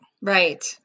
Right